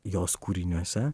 jos kūriniuose